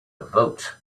vote